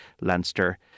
Leinster